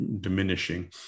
diminishing